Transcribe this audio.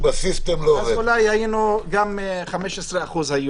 אז אולי היו 15%. משהו בסיסטם לא עובד.